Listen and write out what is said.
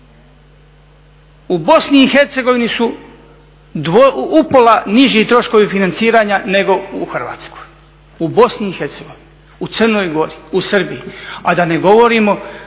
U Bosni i Hercegovinu su upola niži troškovi financiranja nego u Hrvatskoj, u Bosni i Hercegovini, u Crnoj Gori, u Srbiji, a da ne govorimo